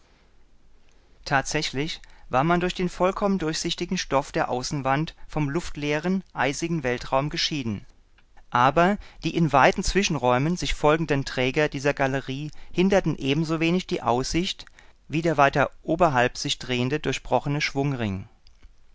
tatsächlich war man durch den vollkommen durchsichtigen stoff der außenwand vom luftleeren eisigen weltraum geschieden aber die in weiten zwischenräumen sich folgenden träger dieser galerie hinderten ebensowenig die aussicht wie der weiter oberhalb sich drehende durchbrochene schwungring